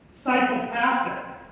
psychopathic